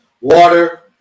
water